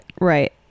Right